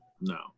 no